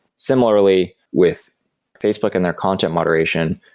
similarly, with facebook and their content moderation,